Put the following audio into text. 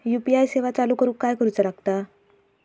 UPI सेवा चालू करूक काय करूचा लागता?